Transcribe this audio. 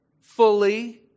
fully